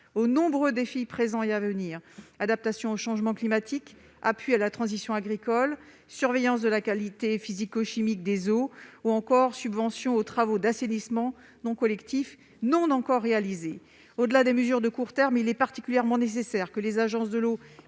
aux nombreux défis présents et à venir tels que l'adaptation au changement climatique, l'appui à la transition agricole, la surveillance de la qualité physico-chimique des eaux ou encore les subventions aux travaux d'assainissement non collectifs non encore réalisés. Au-delà des mesures de court terme, il est particulièrement nécessaire que les agences de l'eau